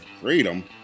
Freedom